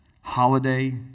holiday